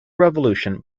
revolution